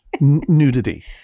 nudity